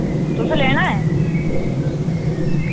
तुसें लैना ऐ